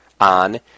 on